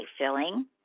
filling